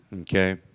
Okay